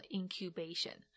incubation